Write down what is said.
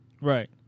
Right